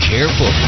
Careful